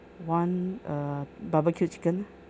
one uh barbecue chicken